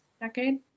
decade